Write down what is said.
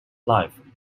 life